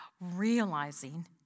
realizing